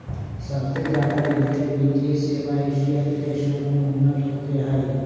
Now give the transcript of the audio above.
सबसे ज्यादा डिजिटल वित्तीय सेवा एशिया के देशवन में उन्नत होते हई